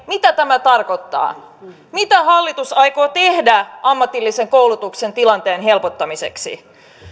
mitä tämä tarkoittaa mitä hallitus aikoo tehdä ammatillisen koulutuksen tilanteen helpottamiseksi